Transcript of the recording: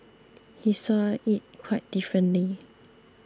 he saw it quite differently